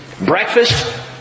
Breakfast